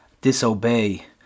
disobey